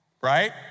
right